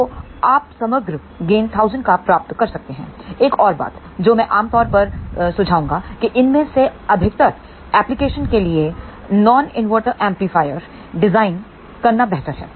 तो आप समग्र गेन 1000 का प्राप्त कर सकते हैं एक और बात जो मैं आमतौर पर सुझाऊंगा कि इनमें से अधिकतर एप्लीकेशन के लिए नॉन इनवर्टर एम्पलीफायर डिजाइन करना बेहतर है